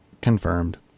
Confirmed